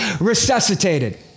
resuscitated